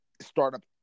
startup